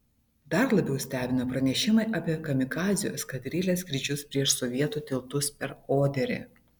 dar labiau stebina pranešimai apie kamikadzių eskadrilės skrydžius prieš sovietų tiltus per oderį